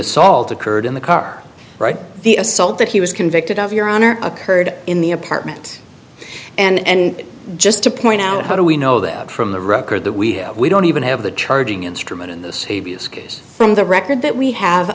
assault occurred in the car right the assault that he was convicted of your honor occurred in the apartment and just to point out how do we know that from the record that we have we don't even have the charging instrument in the c b s case from the record that we have